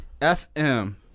FM